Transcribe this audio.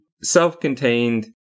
self-contained